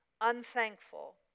unthankful